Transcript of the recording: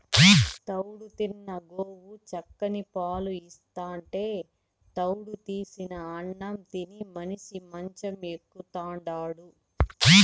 తౌడు తిన్న గోవు చిక్కని పాలు ఇస్తాంటే తౌడు తీసిన అన్నం తిని మనిషి మంచం ఎక్కుతాండాడు